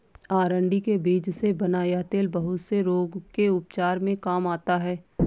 अरंडी के बीज से बना यह तेल बहुत से रोग के उपचार में काम आता है